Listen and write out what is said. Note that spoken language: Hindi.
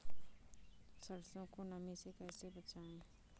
सरसो को नमी से कैसे बचाएं?